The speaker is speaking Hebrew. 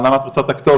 למה את רוצה את הכתובת,